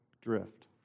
drift